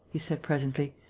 he said, presently.